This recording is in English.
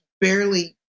barely